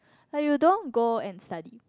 like you don't go and study